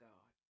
God